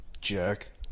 Jerk